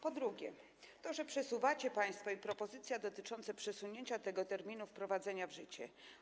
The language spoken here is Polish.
Po drugie, to, że przesuwacie to państwo, propozycja dotycząca przesunięcia tego terminu wprowadzenia w życie.